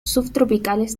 subtropicales